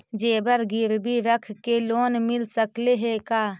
जेबर गिरबी रख के लोन मिल सकले हे का?